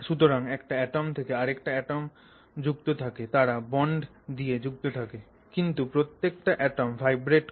সুতরাং একটা অ্যাটম থেকে আরেকটা অ্যাটম যুক্ত থাকে তারা বন্ড দিয়ে যুক্ত থাকে কিন্তু প্রত্যেকটা অ্যাটম ভাইব্রেট করে